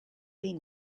been